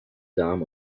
damen